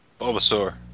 Bulbasaur